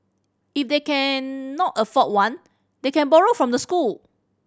if they cannot afford one they can borrow from the school